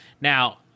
Now